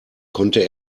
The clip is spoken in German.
konnte